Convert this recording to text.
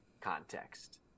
context